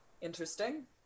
Interesting